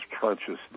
consciousness